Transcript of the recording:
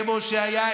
כמו שהיה,